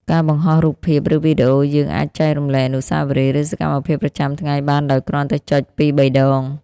ការបង្ហោះរូបភាព ឬវីដេអូយើង អាចចែករំលែកអនុស្សាវរីយ៍ ឬសកម្មភាពប្រចាំថ្ងៃបានដោយគ្រាន់តែចុចពីរបីដង។